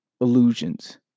illusions